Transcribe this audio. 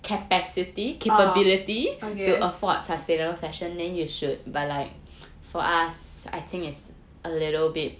oh err yes